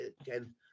again